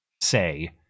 say